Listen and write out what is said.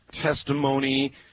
testimony